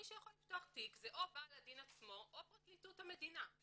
מי שיכול לפתוח תיק זה או בעל הדין עצמו או פרקליטות המדינה.